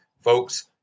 folks